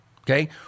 Okay